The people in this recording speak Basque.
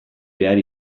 behar